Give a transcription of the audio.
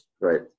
right